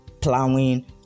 plowing